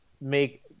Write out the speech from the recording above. make